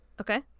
Okay